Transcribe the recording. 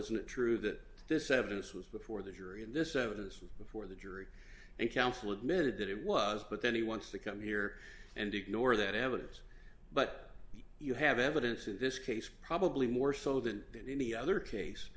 isn't it true that this evidence was before the jury and this was before the jury and counsel admitted that it was but then he wants to come here and ignore that evidence but you have evidence in this case probably more so than in any other case